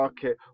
Okay